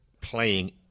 playing